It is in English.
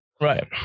Right